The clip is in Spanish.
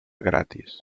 gratis